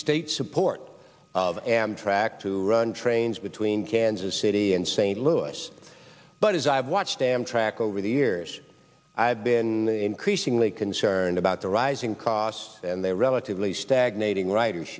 state support of amtrak to run trains between kansas city and st louis but as i've watched amtrak over the years i have been increasingly concerned about the rising costs and they are relatively stagnating writers